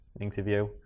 interview